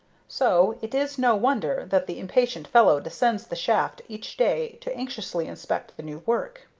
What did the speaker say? so it is no wonder that the impatient fellow descends the shaft each day to anxiously inspect the new work.